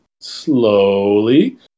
slowly